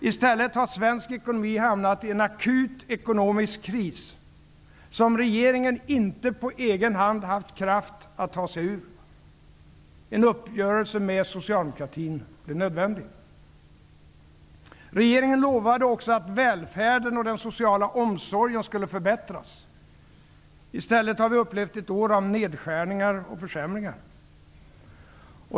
I stället har svensk ekonomi hamnat i en akut ekonomisk kris, som regeringen inte på egen hand haft kraft att ta sig ur. En uppgörelse med socialdemokratin blev nödvändig. Regeringen lovade också att välfärden och den sociala omsorgen skulle förbättras. I stället har vi upplevt ett år av nedskärningar och försämringar.